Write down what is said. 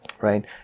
right